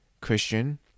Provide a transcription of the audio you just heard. Christian